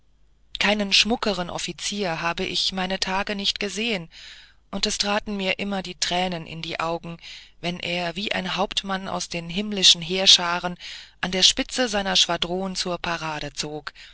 keinen schmuckeren offizier habe ich mein tage nicht gesehen und es traten mir immer die tränen in die augen wenn er wie ein hauptmann aus den himmlischen heerscharen an der spitze seiner schwadron zur parade zog